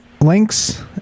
links